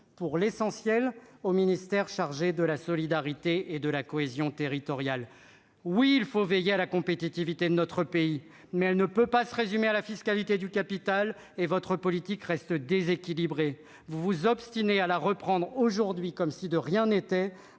pour l'essentiel aux ministères chargés de la solidarité et de la cohésion territoriale. Oui, il faut veiller à la compétitivité de notre pays ! Mais celle-ci ne peut pas se résumer à la fiscalité du capital, et votre politique reste déséquilibrée. Aujourd'hui, vous vous obstinez à la reprendre, comme si de rien n'était,